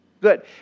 Good